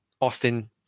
Austin